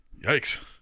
Yikes